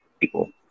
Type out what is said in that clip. people